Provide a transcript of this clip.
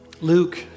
Luke